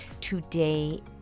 today